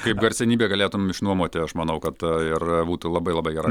kaip garsenybė galėtum išnuomoti aš manau kad ir būtų labai labai gerai